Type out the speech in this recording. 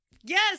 yes